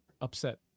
upset